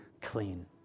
clean